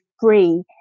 free